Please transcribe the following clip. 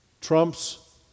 trumps